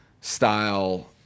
style